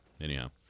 Anyhow